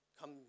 come